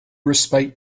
respite